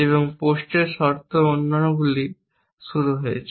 এবং পোস্টের শর্ত অন্যগুলি শুরু হয়েছে